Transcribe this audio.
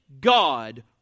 God